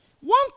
One